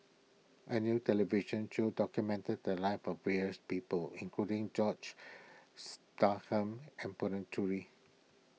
a new television show documented the lives of various people including George Starham and Puthucheary